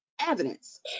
evidence